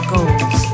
Goals